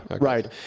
right